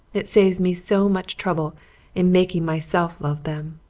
it saves me so much trouble in making myself love them.